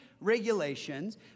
regulations